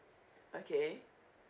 okay